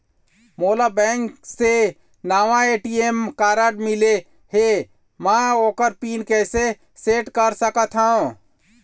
मोला बैंक से नावा ए.टी.एम कारड मिले हे, म ओकर पिन कैसे सेट कर सकत हव?